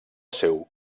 seu